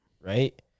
Right